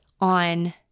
on